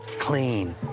clean